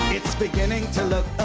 it's beginning to look